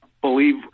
believe